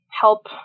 help